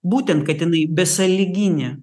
būtent kad jinai besąlyginė